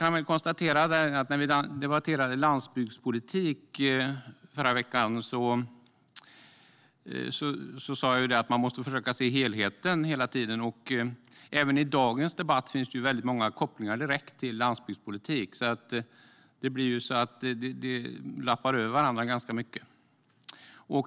När vi debatterade landsbygdspolitik förra veckan sa jag att man hela tiden måste försöka se till helheten. Även i dagens debatt finns det många kopplingar direkt till landsbygdspolitik, så frågorna lappar över varandra ganska mycket.